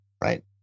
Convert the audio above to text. right